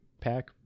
pack